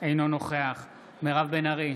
אינו נוכח מירב בן ארי,